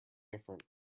different